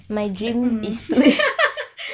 the um